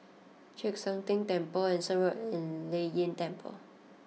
Chek Sian Tng Temple Anson Road and Lei Yin Temple